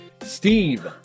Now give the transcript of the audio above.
Steve